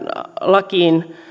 lakiin